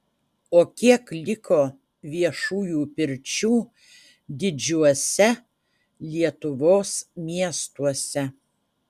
o kiek liko viešųjų pirčių didžiuose lietuvos miestuose